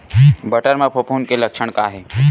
बटर म फफूंद के लक्षण का हे?